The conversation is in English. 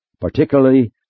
particularly